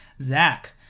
Zach